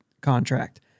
contract